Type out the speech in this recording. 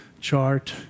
chart